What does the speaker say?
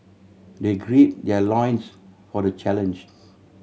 they gird their loins for the challenge